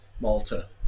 Malta